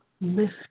lift